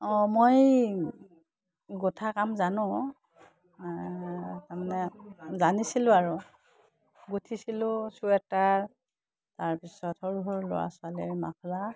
অঁ মই গোঁঠা কাম জানো তাৰমানে জানিছিলোঁ আৰু গোঁঠিছিলোঁ চুৱেটাৰ তাৰপিছত সৰু সৰু ল'ৰা ছোৱালীৰ মাফলা